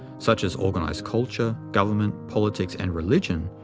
such as organized culture, government, politics, and religion,